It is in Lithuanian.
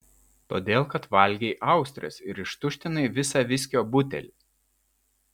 todėl kad valgei austres ir ištuštinai visą viskio butelį